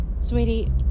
Sweetie